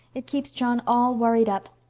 it keeps john all worried up.